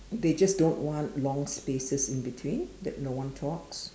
they just don't want long spaces in between that no one talks